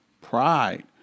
pride